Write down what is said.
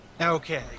Okay